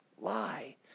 lie